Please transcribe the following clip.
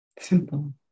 simple